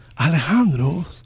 Alejandro